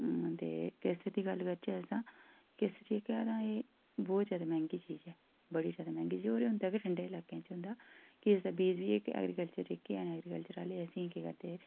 ते केसर दी गल्ल करचै अस तां केसर जेह्का ऐ एह् बहुत जादा मैह्ंगी चीज़ ऐ होर होंदा गै ठंडे लाकें च होंदा केसर बीऽ बी जेह्के एग्रीकल्चरल च थ्होंदा एग्रीकल्चरल असें गी केह् करदे